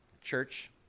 Church